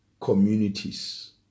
communities